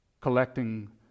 collecting